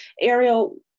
Ariel